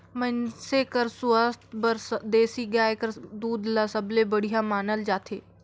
मइनसे कर सुवास्थ बर देसी गाय कर दूद ल सबले बड़िहा मानल जाथे